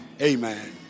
Amen